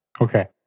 Okay